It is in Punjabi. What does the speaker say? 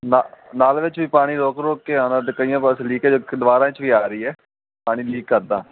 ਨਾਲ ਨਲ ਵਿੱਚ ਵੀ ਪਾਣੀ ਰੁਕ ਰੁਕ ਕੇ ਆਉਂਦਾ ਅਤੇ ਕਈ ਪਾਸਿਓ ਲੀਕੇਜ ਦੀਵਾਰਾਂ 'ਚ ਵੀ ਆ ਰਹੀ ਹੈ ਪਾਣੀ ਲੀਕ ਕਰਦਾ